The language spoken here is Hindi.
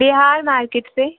बिहार मार्केट से